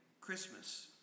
Christmas